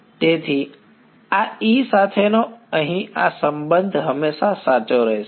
તેથી આ E સાથેનો અહીં આ સંબંધ હંમેશા સાચો રહેશે